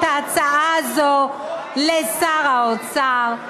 הגיש את ההצעה הזאת לשר האוצר,